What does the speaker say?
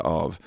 av